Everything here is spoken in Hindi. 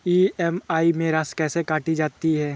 ई.एम.आई में राशि कैसे काटी जाती है?